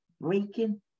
Breaking